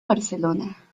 barcelona